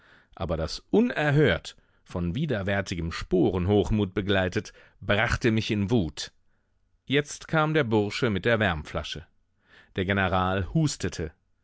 aber das unerhört von widerwärtigem sporenhochmut begleitet brachte mich in wut jetzt kam der bursche mit der wärmflasche der general hustete